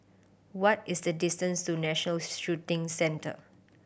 what is the distance to National Shooting Centre